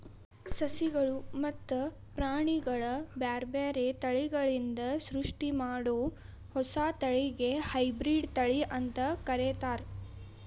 ಸಸಿಗಳು ಮತ್ತ ಪ್ರಾಣಿಗಳ ಬ್ಯಾರ್ಬ್ಯಾರೇ ತಳಿಗಳಿಂದ ಸೃಷ್ಟಿಮಾಡೋ ಹೊಸ ತಳಿಗೆ ಹೈಬ್ರಿಡ್ ತಳಿ ಅಂತ ಕರೇತಾರ